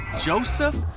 Joseph